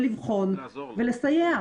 לבחון ולסייע.